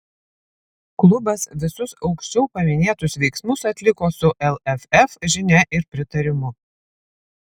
klubas visus aukščiau paminėtus veiksmus atliko su lff žinia ir pritarimu